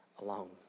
alone